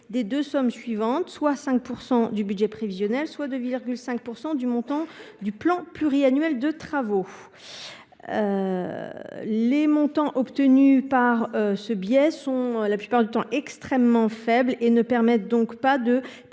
des deux sommes suivantes : soit 5 % du budget prévisionnel, soit 2,5 % du montant du plan pluriannuel de travaux. Les montants obtenus sur cette base sont la plupart du temps extrêmement faibles et ne permettent donc pas de préfinancer